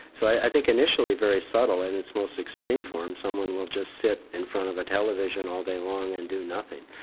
so i think initially very subtle. in its most extreme form someone will just sit in front of a television all day long and do nothing.